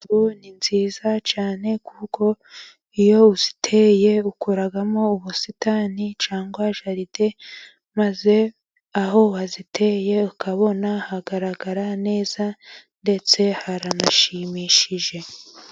Ni nziza cyane kuko iyo uziteye ukoramo ubusitani cyangwa jaride maze aho waziteye ukabona hagaragara neza ndetse haranashimishije.